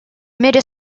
мере